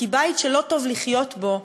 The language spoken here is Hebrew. כי בית שלא טוב לחיות בו,